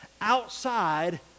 outside